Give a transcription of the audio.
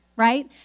right